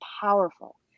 powerful